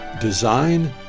Design